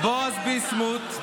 בועז ביסמוט,